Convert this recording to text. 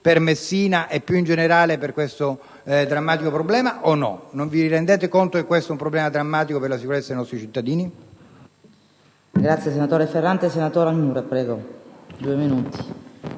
per Messina e, più in generale, per questo drammatico problema, o no? Non vi rendete conto che questo è un problema drammatico per la sicurezza dei nostri cittadini?